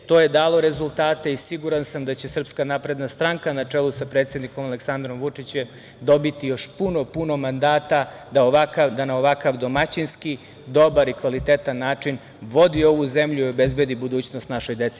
To je dalo rezultate i siguran sam da će SNS, na čelu sa predsednikom Aleksandrom Vučićem, dobiti još puno mandata da na ovakav domaćinski, dobar i kvalitetan način vodi ovu zemlju i obezbedi budućnost našoj deci.